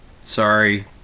Sorry